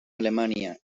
alemania